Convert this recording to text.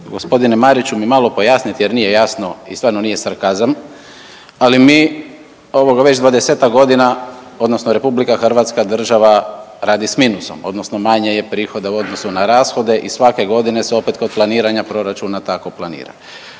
možete g. Mariću mi malo pojasniti jer nije jasno i stvarno nije sarkazam, ali mi već 20-ak godina odnosno RH država radi s minusom odnosno manje je prihoda u odnosu na rashode i svake godine se kod planiranja proračuna tako planira.